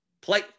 play